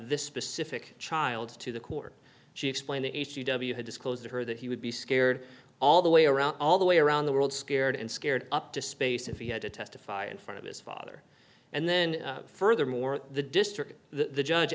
this specific child to the court she explained h u w had disclosed to her that he would be scared all the way around all the way around the world scared and scared up to space if he had to testify in front of his father and then furthermore the district the judge